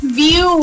view